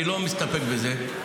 אני לא מסתפק בזה,